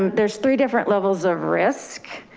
um there's three different levels of risk.